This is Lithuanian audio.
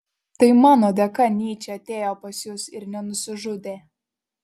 tai mano dėka nyčė atėjo pas jus ir nenusižudė